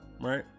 right